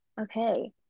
okay